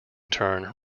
turn